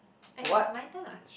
eh it's my turn ah